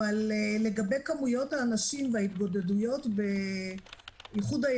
אבל לגבי כמויות האנשים וההתגודדויות בדובאי,